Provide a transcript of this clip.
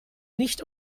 nicht